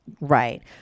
Right